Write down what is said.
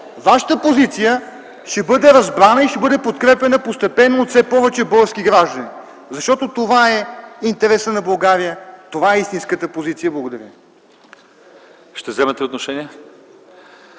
Вашата позиция ще бъде разбрана и ще бъде подкрепяна постепенно от все повече български граждани, защото това е интересът на България, това е истинската позиция! Благодаря. ПРЕДСЕДАТЕЛ